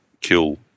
kill